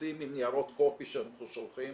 טפסים עם ניירות קופי שאנחנו שולחים